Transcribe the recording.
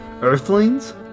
earthlings